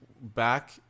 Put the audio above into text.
back